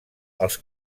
els